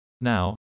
Now